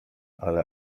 ale